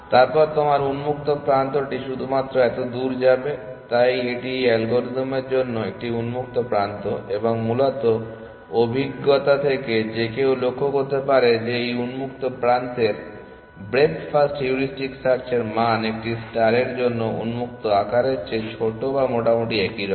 তারপর তোমার উন্মুক্ত প্রান্তটি শুধুমাত্র এতদূর যাবে তাই এটি এই অ্যালগরিদমের জন্য একটি উন্মুক্ত প্রান্ত এবং মূলত অভিজ্ঞতা থেকে যে কেউ লক্ষ্য করতে পারে যে এই উন্মুক্ত প্রান্তের ব্রেডথ ফার্স্ট হেউরিস্টিক সার্চের মান একটি স্টারের জন্য উন্মুক্ত আকারের চেয়ে ছোট যা মোটামুটি এরকম